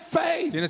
faith